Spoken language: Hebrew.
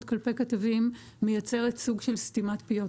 כלפי כתבים מייצרת סוג של סתימת פיות.